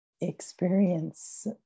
experience